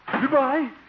Goodbye